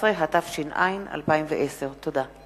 17), התש"ע 2010. תודה.